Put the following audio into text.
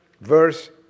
Verse